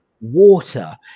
water